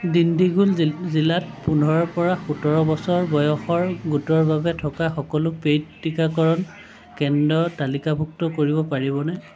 দিণ্ডিগুল জিলাত পোন্ধৰ পৰা সোতৰ বছৰ বয়সৰ গোটৰ বাবে থকা সকলো পেইড টীকাকৰণ কেন্দ্ৰ তালিকাভুক্ত কৰিব পাৰিবনে